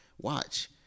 Watch